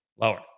lower